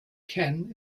can